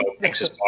Texas